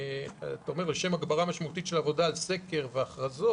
אתה אומר "לשם הגברה משמעותית של עבודה על סקר והכרזות,